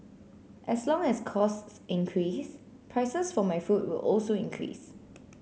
as long as costs increase prices for my food will also increase